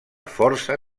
força